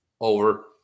over